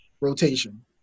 rotation